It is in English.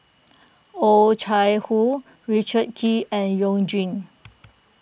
Oh Chai Hoo Richard Kee and You Jin